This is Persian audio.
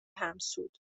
همسود